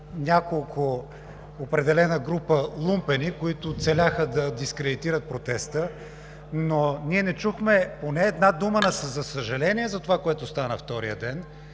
от определена група лумпени, които целяха да дискредитират протеста, но ние не чухме поне една дума за съжаление за това, което стана втория ден.